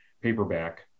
paperback